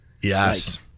yes